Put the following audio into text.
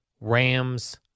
rams